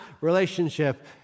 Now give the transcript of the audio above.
relationship